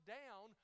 down